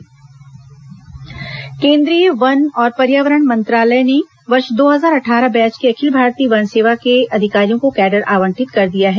Chhattisgarh cadre केन्द्रीय वन और पर्यावरण मंत्रालय ने वर्ष दो हजार अट्ठारह बैच के अखिल भारतीय वन सेवा के अधिकारियों को कैडर आवंटित कर दिया है